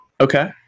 Okay